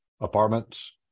apartments